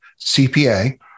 cpa